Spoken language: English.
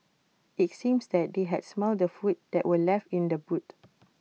IT seemed that they had smelt the food that were left in the boot